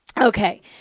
Okay